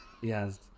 yes